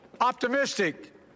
optimistic